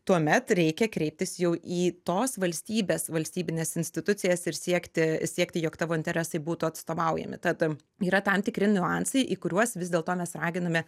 tuomet reikia kreiptis jau į tos valstybės valstybines institucijas ir siekti siekti jog tavo interesai būtų atstovaujami tad yra tam tikri niuansai į kuriuos vis dėlto mes raginame